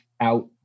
out